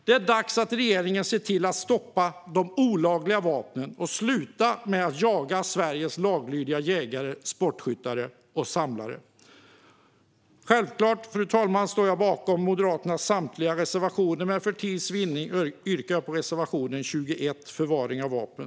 Det är dags att regeringen ser till att stoppa de olagliga vapnen och slutar att jaga Sveriges laglydiga jägare, sportskyttar och samlare. Jag står självklart bakom Moderaternas samtliga reservationer, men för tids vinnande yrkar jag bifall endast till reservation 21, Förvaring av vapen.